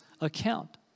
account